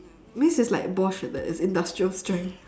means it's like bosch like that it's industrial strength